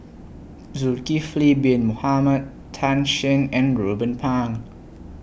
Zulkifli Bin Mohamed Tan Shen and Ruben Pang